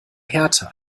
hertha